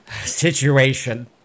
situation